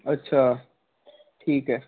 ਅੱਛਾ ਠੀਕ ਹੈ